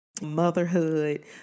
Motherhood